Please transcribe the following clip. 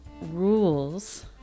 rules